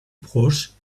proche